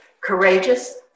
courageous